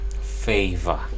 Favor